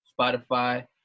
spotify